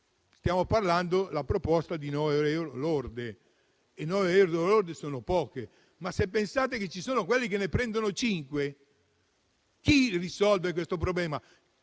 stiamo parlando della proposta di 9 euro l'ora lordi e 9 euro lordi sono pochi. Ma se pensate che ci sono quelli che ne prendono 5, chi risolve questo problema?